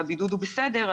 והבידוד הוא בסדר,